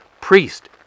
priest